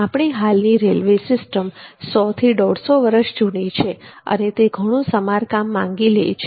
આપણી હાલની railway system 150 વર્ષ જૂની છે અને તે ઘણું સમારકામ માગી લે છે